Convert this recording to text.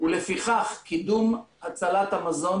ולפיכך קידום הצלת המזון,